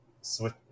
switch